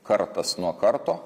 kartas nuo karto